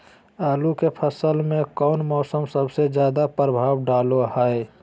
आलू के फसल में कौन मौसम सबसे ज्यादा प्रभाव डालो हय?